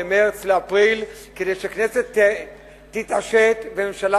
למרס ולאפריל כדי שהכנסת תתעשת והממשלה